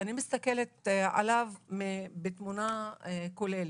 ואני מסתכלת עליו בתמונה כוללת.